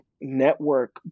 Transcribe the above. network